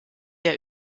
der